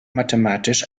mathematisch